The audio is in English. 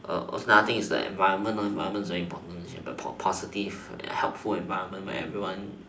also another things is the environment environment is very important po~ positive helpful environment where everyone